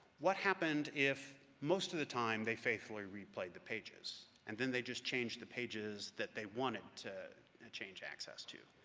what happened if most of the time they faithfully replayed the pages, and then they just changed the pages that they wanted to change access to?